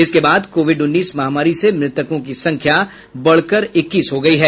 इसके बाद कोविड उन्नीस महामारी से मृतकों की संख्या बढ़कर इक्कीस हो गयी है